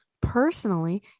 personally